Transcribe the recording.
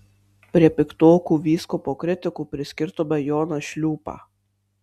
prie piktokų vyskupo kritikų priskirtume joną šliūpą